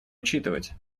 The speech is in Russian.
учитывать